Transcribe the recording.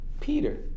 Peter